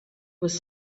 was